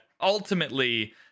ultimately